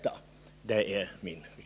Det är min förklaring.